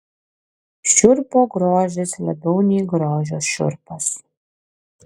šiurpo grožis labiau nei grožio šiurpas